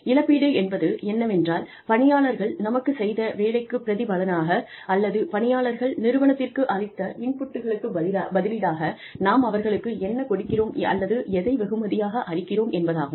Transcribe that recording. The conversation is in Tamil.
இழப்பீடு என்பது என்னவென்றால் பணியாளர்கள் நமக்குச் செய்த வேலைக்குப் பிரதிபலனாக அல்லது பணியாளர்கள் நிறுவனத்திற்கு அளித்த இன்புட்களுக்கு பதிலீடாக நாம் அவர்களுக்கு என்ன கொடுக்கிறோம் அல்லது எதை வெகுமதியாக அளிக்கிறோம் என்பதாகும்